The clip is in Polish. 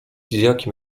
jakim